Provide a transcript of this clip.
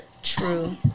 True